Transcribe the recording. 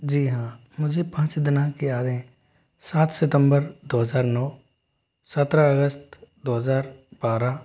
जी हाँ मुझे पाँच दिनांक याद हैं सात सितम्बर दो हज़ार नौ सत्रह अगस्त दो हज़ार बारह